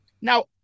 Now